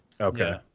okay